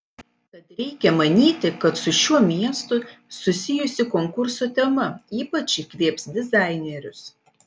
tad reikia manyti kad su šiuo miestu susijusi konkurso tema ypač įkvėps dizainerius